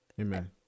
Amen